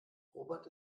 robert